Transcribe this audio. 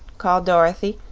called dorothy,